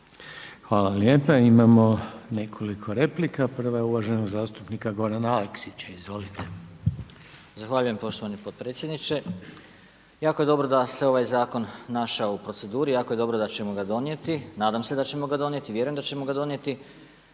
Hvala lijepo. Imamo nekoliko replika. Prva je uvaženog zastupnika Gorana Aleksića, izvolite. **Aleksić, Goran (SNAGA)** Zahvaljujem poštovani potpredsjedniče. Jako je dobro da se ovaj zakon našao u proceduri, jako je dobro da ćemo ga donijeti, nadam se da ćemo ga donijeti i vjerujem da ćemo ga donijeti.